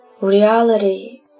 reality